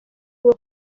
bwo